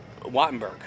Wattenberg